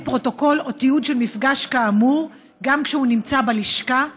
אין פרוטוקול או תיעוד של מפגש כאמור גם כשהוא נמצא בלשכה?